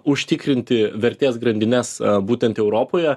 užtikrinti vertės grandines a būtent europoje